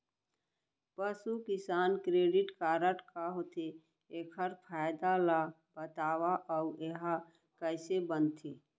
पसु किसान credit card का होथे, एखर फायदा ला बतावव अऊ एहा कइसे बनथे?